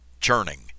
churning